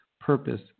purpose